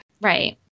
Right